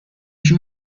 شون